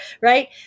right